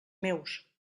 meus